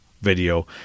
video